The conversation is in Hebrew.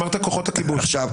אמרת כוחות הכיבוש.